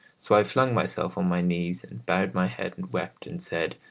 so i flung myself on my knees, and bowed my head, and wept, and said,